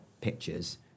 pictures